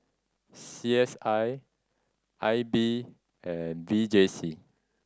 C S I I B and V J C